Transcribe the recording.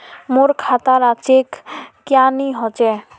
मोर खाता डा चेक क्यानी होचए?